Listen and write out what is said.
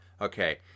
okay